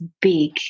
big